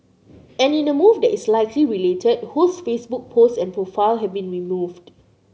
and in a move that is likely related Ho's Facebook post and profile have been removed